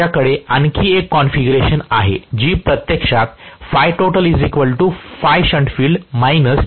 तर माझ्याकडे आणखी एक कॉन्फिगरेशन आहे जी प्रत्यक्षात ɸTotal ɸShuntField ɸseriesfield आहे